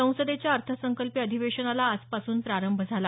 संसदेच्या अर्थसंकल्पीय अधिवेशनाला आजपासून प्रारंभ झाला